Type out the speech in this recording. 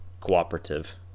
cooperative